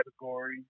category